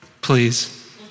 please